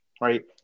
Right